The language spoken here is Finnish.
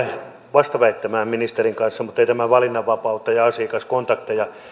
vastaväittämään ministerin kanssa mutta ei tämä valinnanvapautta ja asiakaskontakteja